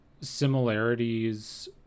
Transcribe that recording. similarities